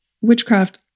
witchcraft